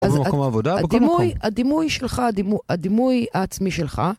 אז הדימוי, הדימוי שלך, הדימוי העצמי שלך